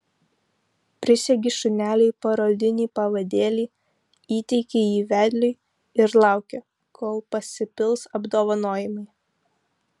prisegi šuneliui parodinį pavadėlį įteiki jį vedliui ir lauki kol pasipils apdovanojimai